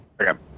Okay